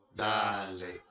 dale